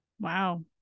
Wow